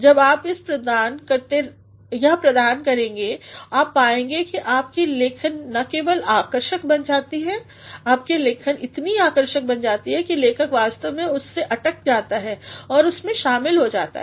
जब आप यह प्रदान करते हैं आप पाएंगे कि आपकी लेखन न केवल आकर्षक बन जाती है आपकी लेखन इतनी आकर्षक बन जाती है कि लेखक वास्तव में उसमें अटक जाते हैं उसमें शामिल हो जाते हैं